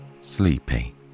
sleepy